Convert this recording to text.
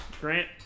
Grant